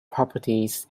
properties